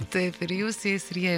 taip ir jūs jais ir jie